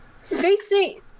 facing